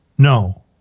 No